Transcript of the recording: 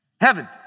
Heaven